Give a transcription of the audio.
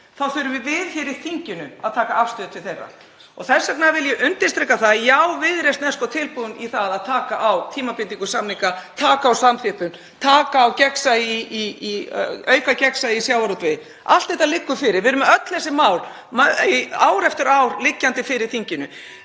þá þurfum við hér í þinginu að taka afstöðu til þeirra. Þess vegna vil ég undirstrika það að já, Viðreisn er sko tilbúin í það að taka á tímabindingu samninga, taka á samþjöppun, auka gegnsæi í sjávarútvegi. Allt þetta liggur fyrir. Við erum með öll þessi mál ár eftir ár liggjandi fyrir þinginu.